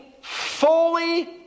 fully